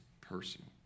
personal